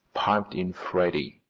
piped in freddie.